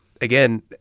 again